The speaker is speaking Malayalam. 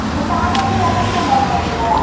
ഈ താലപ്പൊലി അങ്ങനത്തെ സംഭവങ്ങൾ ഒക്കെ ഉണ്ടോ അവിടെ